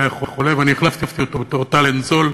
היה חולה ואני החלפתי אותו בתור טאלנט זול.